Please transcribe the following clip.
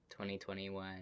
2021